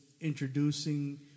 introducing